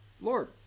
Lord